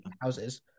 houses